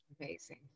amazing